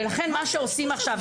ולכן מה שעושים עכשיו,